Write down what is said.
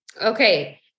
Okay